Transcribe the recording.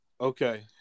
Okay